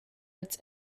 its